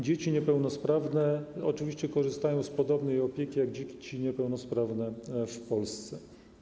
Dzieci niepełnosprawne oczywiście korzystają z podobnej opieki jak dzieci niepełnosprawne w Polsce.